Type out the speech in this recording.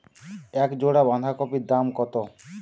এক জোড়া বাঁধাকপির দাম কত?